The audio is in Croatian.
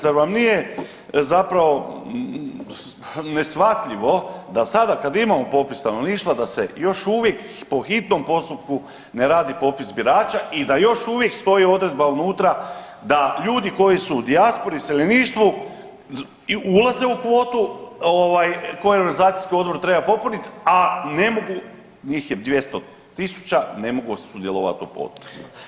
Zar vam nije zapravo neshvatljivo da sada kada imamo popis stanovništva, da se još uvijek po hitnom postupku ne radi popis birača i da još uvijek stoji odredba unutra da ljudi koji su u dijaspori i iseljeništvu ulaze u kvotu koji organizacijski odbor treba popuniti, a ne mogu, njih je 200 tisuća, ne mogu sudjelovati u potpisima.